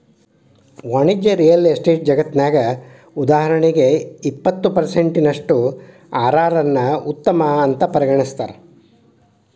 ವಾಣಿಜ್ಯ real estate ಜಗತ್ನ್ಯಗ, ಉದಾಹರಣಿಗೆ, ಇಪ್ಪತ್ತು ಪರ್ಸೆನ್ಟಿನಷ್ಟು ಅರ್.ಅರ್ ನ್ನ ಉತ್ತಮ ಅಂತ್ ಪರಿಗಣಿಸ್ತಾರ